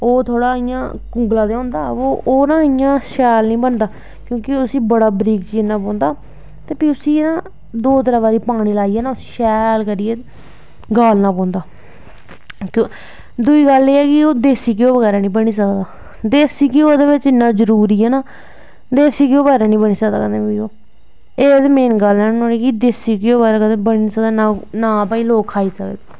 ओह् थोह्ड़ा इयां कुंगला ते होंदा पर शैल नी होंदा क्योंकि उसी बड़ा बरीक चीरनां पौंदा ते फ्ही उसी ना दो त्रै बारी पानी लाईयै शैल गालनां पौंदा दुई गल्ल एह् ऐ कि ओह् देस्सी घ्यो बगैरा नी बनी सकदा देस्सी घ्यो बिच्च इन्ना जरूरी ऐ ना देस्सी घ्यो बगैरा नी बनी सकदा कदैं बी ओह् एह् मेन गल्ल ऐ कि देस्सी घ्यो बगैर बनी नी ससदा ना भाई लोग खाही सकदे